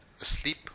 asleep